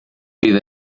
bydd